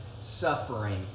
suffering